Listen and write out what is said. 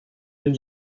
den